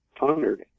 honored